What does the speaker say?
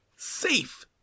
safe